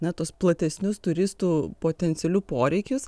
na tuos platesnius turistų potencialių poreikius